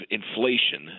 inflation